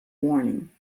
warning